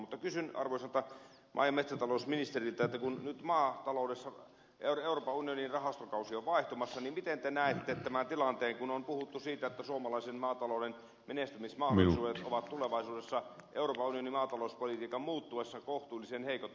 mutta kysyn arvoisalta maa ja metsätalousministeriltä että kun nyt maataloudessa euroopan unionin rahastokausi on vaihtumassa niin miten te näette tämän tilanteen kun on puhuttu siitä että suomalaisen maatalouden menestymismahdollisuudet ovat tulevaisuudessa euroopan unionin maatalouspolitiikan muuttuessa kohtuullisen heikot